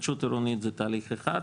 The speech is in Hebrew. התחדשות עירונית זה תהליך אחד,